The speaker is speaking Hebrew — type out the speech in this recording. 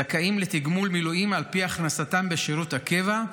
זכאים לתגמול מילואים על פי הכנסתם בשירות הקבע,